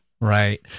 right